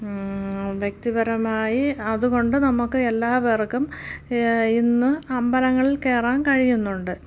വ്യക്തിപരമായി അതുകൊണ്ട് നമുക്ക് എല്ലാവർക്കും ഇന്ന് അമ്പലങ്ങളിൽ കയറാൻ കഴിയുന്നുണ്ട്